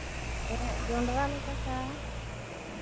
ᱡᱚᱱᱰᱨᱟᱞᱮ ᱪᱟᱥᱟ